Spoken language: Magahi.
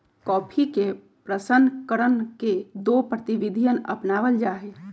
कॉफी के प्रशन करण के दो प्रविधियन अपनावल जा हई